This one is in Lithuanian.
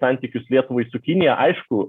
santykius lietuvai su kinija aišku